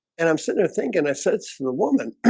and i'm sitting there thinking i said to the woman